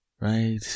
Right